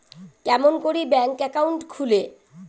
কেমন করি bank account খুলে?